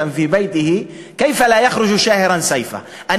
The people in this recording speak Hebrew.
שאהרן סיפה,